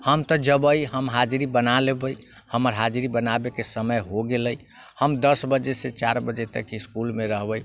हम तऽ जेबै हम हाजरी बना लेबै हमर हाजरी बनाबैके समय हो गेलै हम दस बजेसँ चारि बजे तक इसकुलमे रहबै